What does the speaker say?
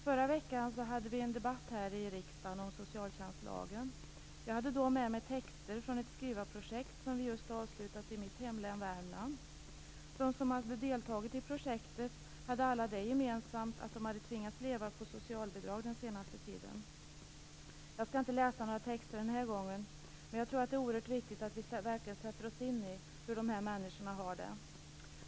Förra veckan hade vi en debatt här i riksdagen om socialtjänstlagen. Jag hade då med mig texter från ett skrivarprojekt som just har avslutats i mitt hemlän, Värmland. De som hade deltagit i projektet hade alla det gemensamt att de hade tvingats leva på socialbidrag den senaste tiden. Jag skall inte läsa några texter den här gången. Men jag tror att det oerhört viktigt att vi verkligen sätter oss in i hur de här människorna har det.